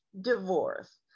divorce